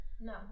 No